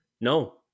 no